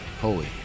holy